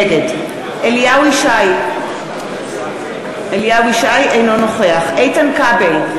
נגד אליהו ישי, אינו נוכח איתן כבל,